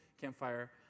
campfire